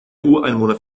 ureinwohner